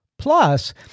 Plus